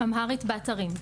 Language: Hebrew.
אמהרית באתרים,